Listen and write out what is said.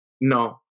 No